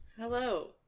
Hello